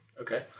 Okay